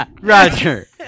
Roger